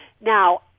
Now